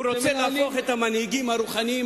הוא רוצה להפוך את המנהיגים הרוחניים